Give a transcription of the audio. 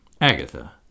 Agatha